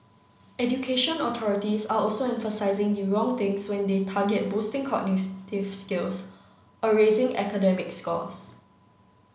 education authorities are also emphasising the wrong things when they target boosting cognitive skills or raising academic scores